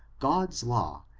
god's law,